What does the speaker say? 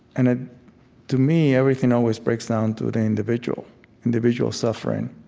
and ah to me, everything always breaks down to the individual individual suffering,